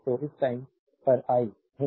तो एक टाइम पर आई हूँ